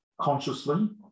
consciously